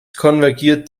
konvergiert